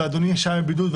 ואדוני שהה בבידוד,